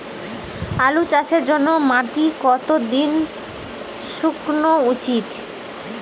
আলুর জন্যে মাটি কতো দিন শুকনো উচিৎ?